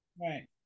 right